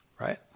right